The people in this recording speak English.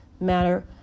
matter